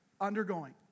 undergoing